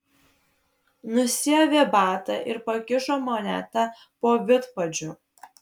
nusiavė batą ir pakišo monetą po vidpadžiu